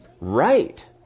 right